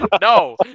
No